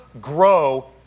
grow